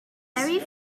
few